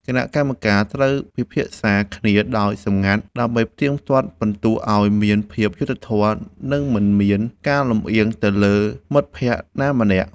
គណៈកម្មការត្រូវពិភាក្សាគ្នាដោយសម្ងាត់ ដើម្បីផ្ទៀងផ្ទាត់ពិន្ទុឱ្យមានភាពយុត្តិធម៌ និងមិនមានការលម្អៀងទៅលើមិត្តភក្តិណាម្នាក់។